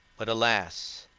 but alas,